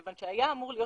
כיוון שהיה אמור גם